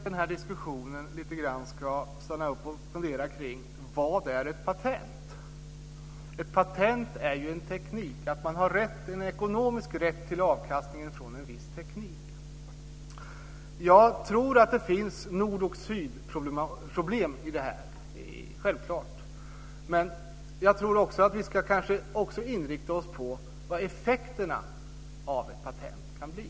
Fru talman! Jag tycker att man ska stanna upp lite grann i diskussionen och fundera på vad ett patent är. Ett patent är att man har ekonomisk rätt till avkastningen från en viss teknik. Självfallet finns det nordoch-syd-problem i detta. Men jag tror också att vi ska inrikta oss på vad effekterna av ett patent kan bli.